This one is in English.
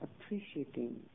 appreciating